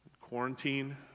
Quarantine